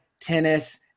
tennis